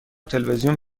تلویزیون